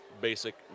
basic